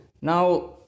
now